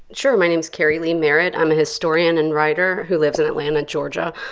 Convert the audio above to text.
sure, my name is keri leigh merritt. i'm a historian and writer who lives in atlanta, georgia.